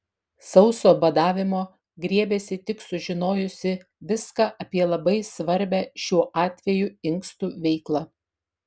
sauso badavimo griebėsi tik sužinojusi viską apie labai svarbią šiuo atveju inkstų veiklą